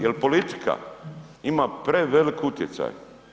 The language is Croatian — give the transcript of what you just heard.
Jel politika ima prevelik utjecaj.